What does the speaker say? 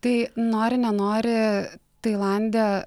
tai nori nenori tailande